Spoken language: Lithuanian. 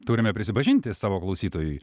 turime prisipažinti savo klausytojui